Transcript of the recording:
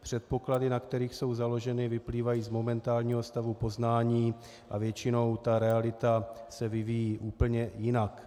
Předpoklady, na kterých jsou založeny, vyplývají z momentálního stavu poznání a většinou realita se vyvíjí úplně jinak.